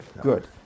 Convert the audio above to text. good